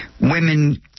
Women